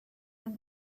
and